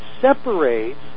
separates